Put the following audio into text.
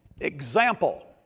example